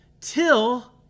Till